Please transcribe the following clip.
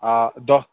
آ دۄہ